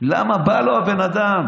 למה בא לו, הבן אדם,